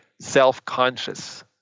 self-conscious